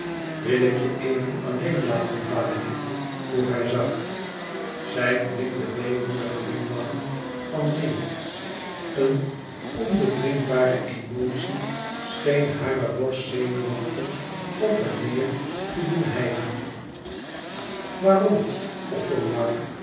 wil ik je even alleen laten valérie vroeg hij zacht zij knikte weemoedig glimlachend van neen eene onbedwingbare emotie scheen hare borst zenuwachtig op en neêr te doen hijgen waarom